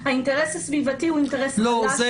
-- האינטרס הסביבתי הוא אינטרס חלש יחסית